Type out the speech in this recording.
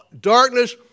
darkness